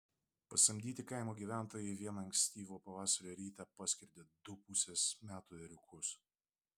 pasamdyti kaimo gyventojai vieną ankstyvo pavasario rytą paskerdė du pusės metų ėriukus